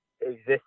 exist